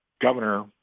Governor